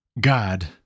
God